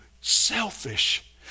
selfish